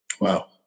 Wow